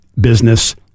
business